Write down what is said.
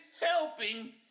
helping